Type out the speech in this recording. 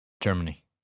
Germany